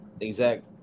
exact